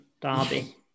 derby